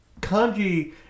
Kanji